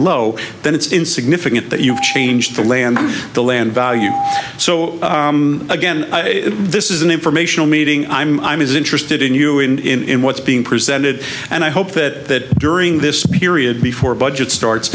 low then it's in significant that you've changed the land the land value so again this is an informational meeting i'm i'm as interested in you in what's being presented and i hope that during this period before budget starts